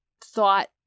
thought